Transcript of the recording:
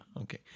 Okay